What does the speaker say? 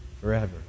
forever